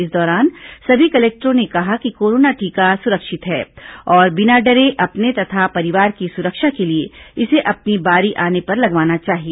इस दौरान सभी कलेक्टरों ने कहा कि कोरोना टीका सुरक्षित है और बिना डरे अपने तथा परिवार की सुरक्षा के लिए इसे अपनी बारी आने पर लगवाना चाहिए